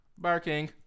Barking